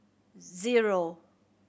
zero